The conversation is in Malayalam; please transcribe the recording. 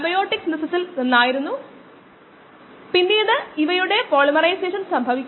കോശങ്ങളുടെ ഔട്ട്പുട്ടിന്റെ നിരക്ക് വീണ്ടും കോശങ്ങളുടെ മാസ്സ് അല്ലെങ്കിൽ സെല്ലുകളുടെ എണ്ണം 0 ആണ്